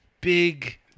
big